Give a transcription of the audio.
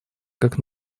как